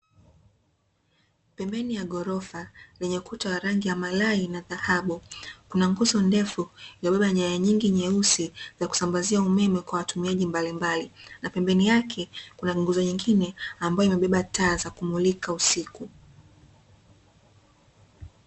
Pembeni ya ghorofa lenye ukuta wa rangi ya mayai na dhahabu, kuna nguzo ndefu iliyobeba nyaya nyingi nyeusi za kusambazia umeme kwa watumiaji mbalimbali, na pembeni yake kuna nguzo nyingine ambayo imebeba taa inayomulika usiku.